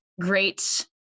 great